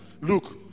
Look